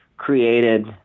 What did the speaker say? created